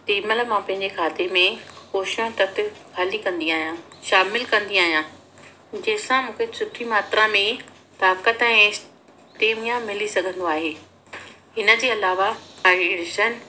तंहिं महिल मां पंहिंजे खाते में पोषण तत्व हेल्दी कंदी आहियां शामिलु कंदी आहियां जंहिं सां मूंखे सुठी मात्रा में ताक़त ऐं स्टेमिना मिली सघंदो आहे हिनजे अलावा हाइड्रेशन